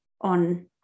on